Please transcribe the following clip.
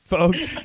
Folks